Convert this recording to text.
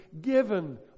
given